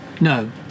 No